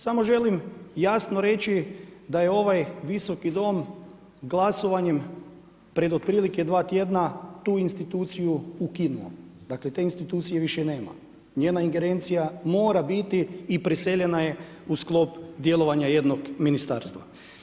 Samo želim jasno reći da je ovaj Visoki dom glasovanjem pred otprilike 2 tjedna tu instituciju ukinuo, dakle te institucije više nema, njena ingerencija mora biti i preseljena je u sklop djelovanja jednog ministarstva.